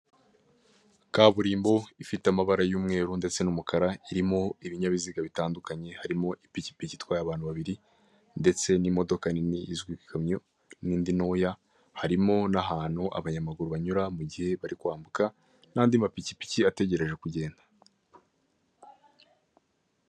Kaburimbo ifite amabara y'umweru ndetse n'umukara irimo ibinyabiziga bitandukanye harimo; ipikipiki itwaye abantu babiri ndetse n'imodoka nini izwi nk'ikamyo n'indi ntoya harimo n'ahantu abanyamaguru banyura mugihe bagiye kwambuka n'andi mapikipiki ategereje kugenda.